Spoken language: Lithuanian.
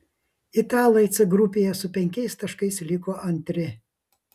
italai c grupėje su penkiais taškais liko antri